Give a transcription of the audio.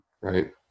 right